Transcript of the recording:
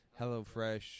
HelloFresh